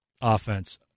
offense